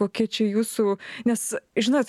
kokie čia jūsų nes žinot